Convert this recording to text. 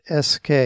SK